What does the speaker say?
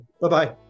bye-bye